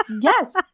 yes